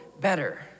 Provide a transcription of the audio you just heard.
better